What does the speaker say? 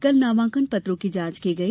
कल नामांकन पत्रों की जांच की गई